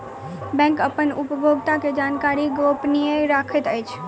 bank अपन उपभोगता के जानकारी गोपनीय रखैत अछि